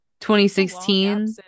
2016